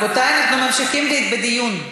רבותי, אנחנו ממשיכים בדיון.